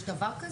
יש דבר כזה?